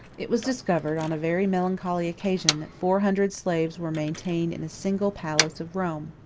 it was discovered, on a very melancholy occasion, that four hundred slaves were maintained in a single palace of rome.